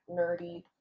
Nerdy